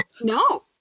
No